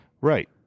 Right